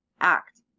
act